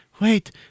Wait